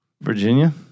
Virginia